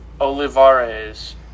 Olivares